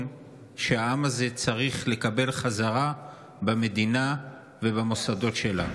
שהעם הזה צריך לקבל חזרה במדינה ובמוסדות שלה.